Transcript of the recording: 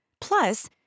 Plus